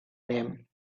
name